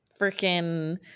freaking